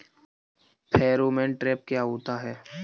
Pheromone trap क्या होता है?